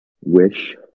Wish